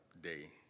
day